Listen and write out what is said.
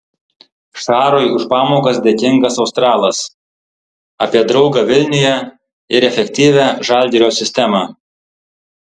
šarui už pamokas dėkingas australas apie draugą vilniuje ir efektyvią žalgirio sistemą